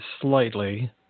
Slightly